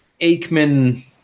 Aikman